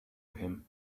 him